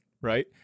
right